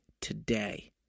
today